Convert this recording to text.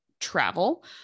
travel